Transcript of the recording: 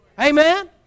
Amen